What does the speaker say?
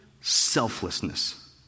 selflessness